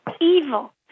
evil